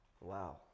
Wow